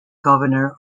governor